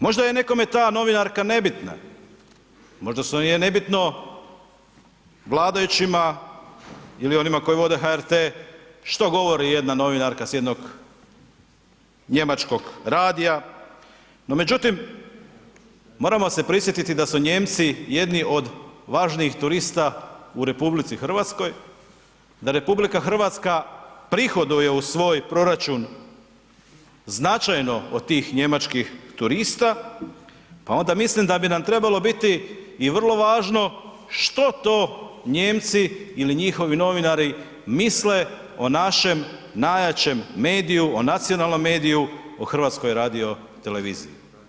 Možda je nekome i ta novinarka nebitna, možda je nebitno vladajućima ili onima koji vode HRT, što govori jedna novinarka s jednog njemačkog radija no međutim moramo se prisjetiti da su Nijemci jedni od važnijih turista u RH, da RH prihoduje u svoj proračun značajno od tih njemačkih turista pa onda mislim da bi nam trebalo biti i vrlo važno što to Nijemci ili njihovi novinari misle o našem najjačem mediju, o nacionalnom mediju, o HRT-u.